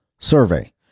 Survey